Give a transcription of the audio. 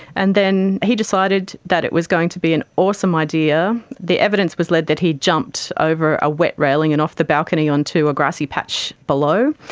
and then he decided that it was going to be an awesome idea, the evidence was led that he jumped over a wet railing and off the balcony onto a grassy patch below.